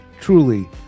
truly